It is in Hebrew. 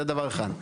זה דבר אחד.